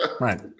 Right